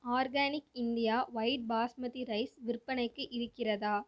organic India white basmati rice விற்பனைக்கு இருக்கிறதா